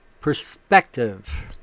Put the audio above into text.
perspective